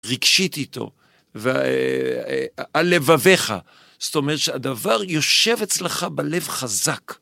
רגשית איתו, על לבביך, זאת אומרת שהדבר יושב אצלך בלב חזק.